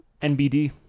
NBD